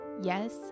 Yes